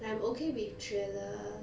like I'm okay with thriller